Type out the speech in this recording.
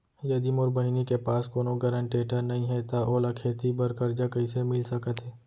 यदि मोर बहिनी के पास कोनो गरेंटेटर नई हे त ओला खेती बर कर्जा कईसे मिल सकत हे?